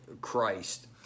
Christ